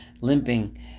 limping